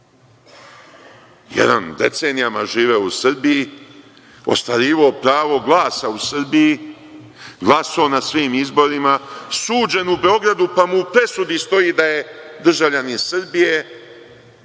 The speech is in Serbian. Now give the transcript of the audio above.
Jedan je decenijama živeo u Srbiji, ostvarivao pravo glasa u Srbiji, glasao na svim izborima, suđeno u Beogradu, pa mu u presudi stoji da je državljanin Srbije.